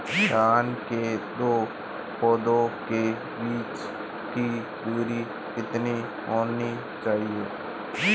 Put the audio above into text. धान के दो पौधों के बीच की दूरी कितनी होनी चाहिए?